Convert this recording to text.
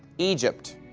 egypt.